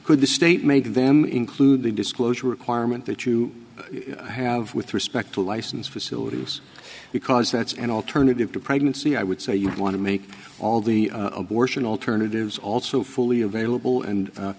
could the state make them include the disclosure requirement that you have with respect to license facilities because that's an alternative to pregnancy i would say you'd want to make all the abortion alternatives also fully available